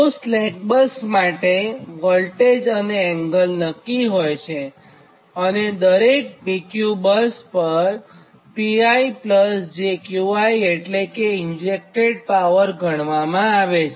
તો slack bus માટે voltage અને એંગલ નક્કી હોય છે અને દરેક PQ બસ પર PijQi એટલે કે ઇન્જેક્ટેડ પાવર ગણવામાં આવે છે